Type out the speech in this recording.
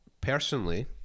personally